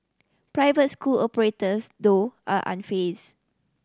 private school operators though are unfazed